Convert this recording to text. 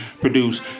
produce